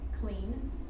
clean